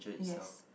yes